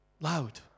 Loud